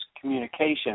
communication